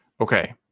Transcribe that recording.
Okay